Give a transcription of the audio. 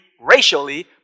racially